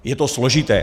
Je to složité.